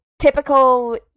Typical